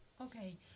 Okay